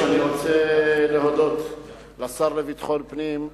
אני רוצה להודות לשר לביטחון פנים,